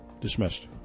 dismissed